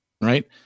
right